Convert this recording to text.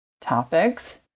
topics